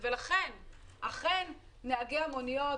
גם היוזמים לא יודעים מה קורה,